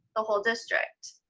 the whole district,